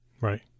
Right